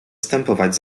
zstępować